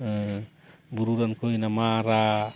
ᱵᱩᱨᱩ ᱨᱮᱱ ᱠᱚ ᱦᱩᱭᱱᱟ ᱢᱟᱨᱟᱜ